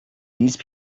these